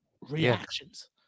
reactions